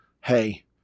hey